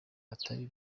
atari